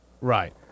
right